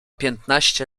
piętnaście